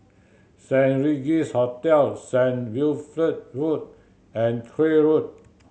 Saint Regis Hotel Saint Wilfred Road and Craig Road